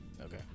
Okay